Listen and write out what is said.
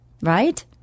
Right